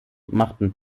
machten